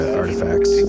artifacts